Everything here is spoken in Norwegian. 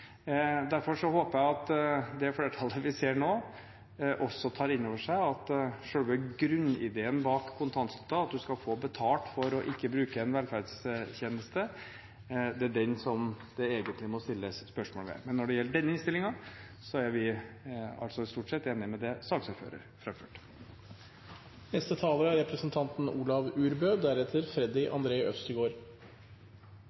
Derfor håper jeg at det flertallet vi ser nå, også tar inn over seg at det er selve grunnideen bak kontantstøtten – at en skal få betalt for ikke å bruke en velferdstjeneste – det egentlig må stilles spørsmål ved. Men når det gjelder denne innstillingen, er vi stort sett enig i det saksordføreren framførte. Kontantstøtteordninga er